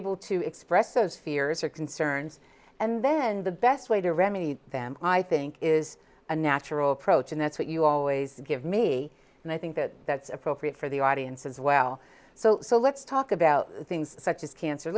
able to express those fears or concerns and then the best way to ramey them i think is a natural approach and that's what you always give me and i think that that's appropriate for the audience as well so so let's talk about things such as cancer